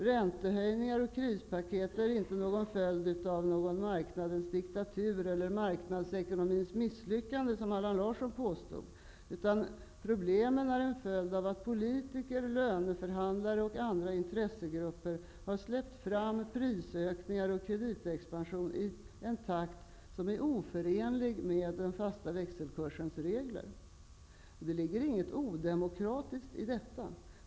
Räntehöjningar och krispaket är inte en följd av någon marknadens diktatur, eller marknadekonomins misslyckande, som Allan Larsson påstod. Problemen är en följd av att politiker, löneförhandlare och andra intressegrupper har släppt fram prisökningar och kreditexpansion i en takt som är oförenlig med den fasta växelkursens regler. Det ligger inget odemokratiskt i detta.